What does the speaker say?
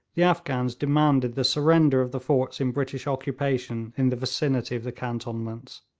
the afghans demanded the surrender of the forts in british occupation in the vicinity of the cantonments.